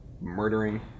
murdering